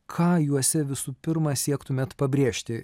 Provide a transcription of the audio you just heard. ką juose visų pirma siektumėt pabrėžti